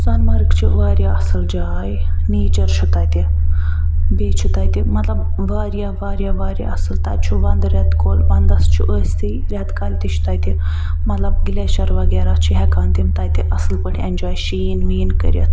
سۄنہٕ مرگ چھِ واریاہ اصٕل جاے نیچر چھُ تتہِ بیٚیہِ چھُ تتہِ مطلب واریاہ واریاہ واریاہ اصٕل تتہِ چھُ ونٛدٕ ریٚتہٕ کول ونٛدس چھُ ٲستھٕے ریٚتہٕ کالہِ تہِ چھُ تتہِ مطلب گلیشر وغیرہ چھِ ہیٚکان تِم تتہِ اصٕل پٲٹھۍ ایٚنجواے شیٖن ویٖن کرِتھ